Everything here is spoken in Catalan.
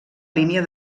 línia